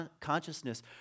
consciousness